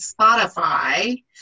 Spotify